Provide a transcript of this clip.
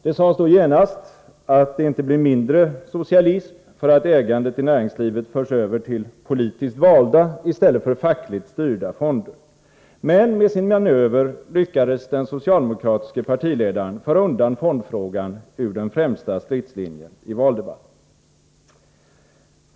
Det sades då genast att det inte blir mindre socialism för att ägandet i näringslivet förs över till politiskt valda i stället för fackligt styrda fonder. Men med sin manöver lyckades den socialdemokratiske partiledaren föra undan fondfrågan ur den främsta stridslinjen i valdebatten.